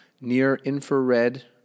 near-infrared